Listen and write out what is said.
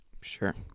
Sure